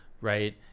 right